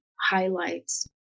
highlights